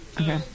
okay